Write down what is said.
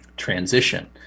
transition